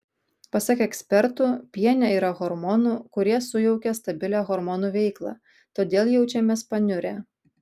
pasak ekspertų piene yra hormonų kurie sujaukia stabilią hormonų veiklą todėl jaučiamės paniurę